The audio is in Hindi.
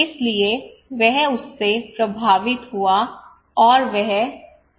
इसलिए वह उससे प्रभावित हुआ और वह चला गया